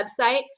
website